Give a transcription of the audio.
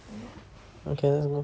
ya